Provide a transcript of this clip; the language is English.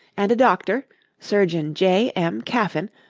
and a doctor surgeon j. m. caffyn,